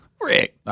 Rick